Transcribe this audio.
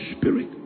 Spirit